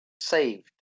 saved